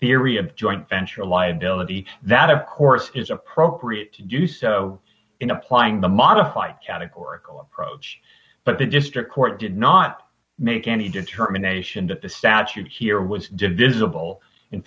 theory of joint venture liability that of course is appropriate to do so in applying the modified categorical approach but the district court did not make any determination that the statute here was divisible in